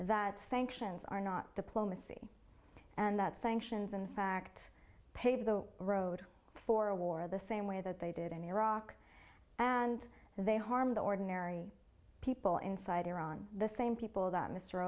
that sanctions are not diplomacy and that sanctions in fact pave the road for a war the same way that they did in iraq and they harm the ordinary people inside iran the same people that mr